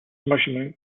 measurement